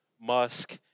Musk